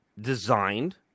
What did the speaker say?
designed